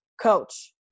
coach